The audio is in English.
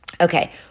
Okay